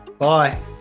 Bye